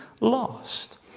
lost